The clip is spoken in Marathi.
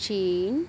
चीन